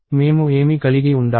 మేము ఏమి కలిగి ఉండాలి